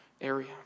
area